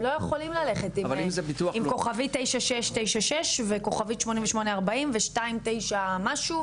הם לא יכולים ללכת עם *9696 ו-*8840 ו-29 משהו,